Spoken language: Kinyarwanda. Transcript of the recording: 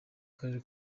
karere